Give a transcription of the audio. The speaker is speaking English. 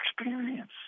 experience